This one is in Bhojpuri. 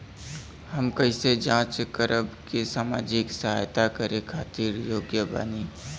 हम कइसे जांच करब की सामाजिक सहायता करे खातिर योग्य बानी?